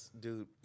Dude